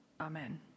Amen